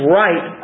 right